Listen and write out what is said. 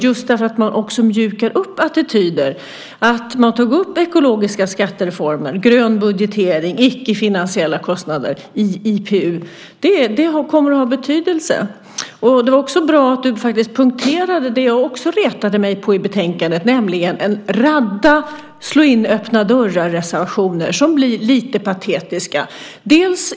Just detta att man mjukar upp attityder och att man har tagit upp ekologiska skattereformer, grön budgetering och icke-finansiella kostnader i IPU kommer att ha betydelse. Det var bra att du punkterade det jag också retade mig på i betänkandet, nämligen en radda slå-in-öppna-dörrar-reservationer, som blir lite patetiska.